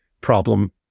problem